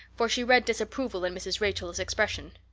for she read disapproval in mrs. rachel's expression.